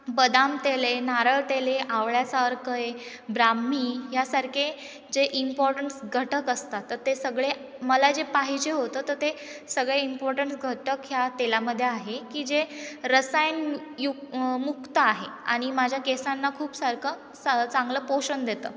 बदाम तेल आहे नारळ तेल आहे आवळ्याचा अर्क आहे ब्राह्मी यासारखे जे इम्पॉर्टन्स घटक असतात तर ते सगळे मला जे पाहिजे होतं त ते सगळे इम्पॉर्टन्स घटक ह्या तेलामध्ये आहे की जे रसायन युक्त मुक्त आहे आणि माझ्या केसांना खूप सारखं सा चांगलं पोषण देतं